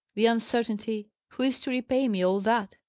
the uncertainty who is to repay me all that?